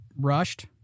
rushed